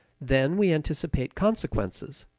then we anticipate consequences.